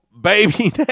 baby